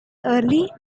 early